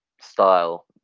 style